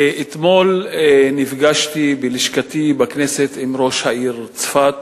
אתמול נפגשתי בלשכתי בכנסת עם ראש העיר צפת